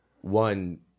one